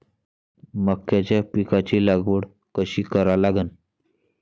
मक्याच्या पिकाची लागवड कशी करा लागन?